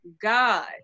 God